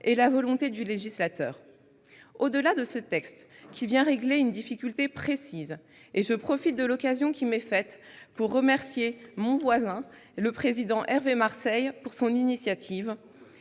et la volonté du législateur. Au-delà de ce texte, qui vient régler une difficulté précise-je profite de l'occasion pour remercier mon voisin, le président Hervé Marseille, de son initiative-,